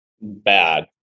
bad